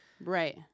Right